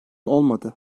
olmadı